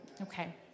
okay